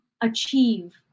achieve